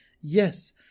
yes